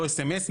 לא S.M.S,